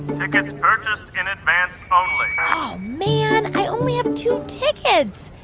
tickets purchased in advance only oh, man. i only have two tickets.